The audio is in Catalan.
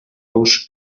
los